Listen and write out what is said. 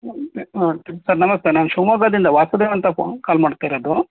ಹಾಂ ಸರ್ ನಮಸ್ತೆ ನಾನು ಶಿವಮೊಗ್ಗದಿಂದ ವಾಸುದೇವ್ ಅಂತ ಫೊ ಕಾಲ್ ಮಾಡ್ತಾ ಇರೋದು